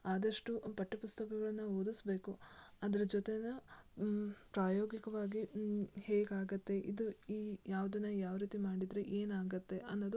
ಆದಷ್ಟು ಪಠ್ಯಪುಸ್ತಕಗಳನ್ನ ಓದಿಸ್ಬೇಕು ಅದರ ಜೊತೆನೇ ಪ್ರಾಯೋಗಿಕವಾಗಿ ಹೇಗಾಗುತ್ತೆ ಇದು ಈ ಯಾವ್ದನ್ನು ಯಾವ ರೀತಿ ಮಾಡಿದರೆ ಏನಾಗುತ್ತೆ ಅನ್ನೋದು